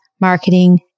marketing